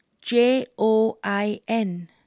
J-O-I-N